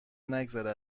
نگذره